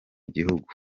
gihugu